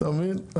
אתה מבין.